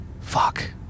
fuck